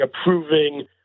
approving